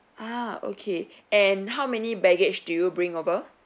ah okay and how many baggage do you bring over